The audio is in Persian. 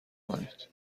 کنید